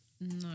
No